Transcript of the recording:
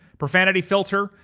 profanity filter.